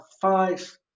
five